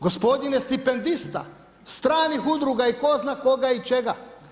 Gospodin je stipendista stranih udruga i tko zna koga i čega.